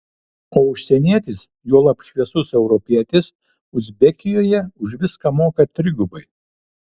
o užsienietis juolab šviesus europietis uzbekijoje už viską moka trigubai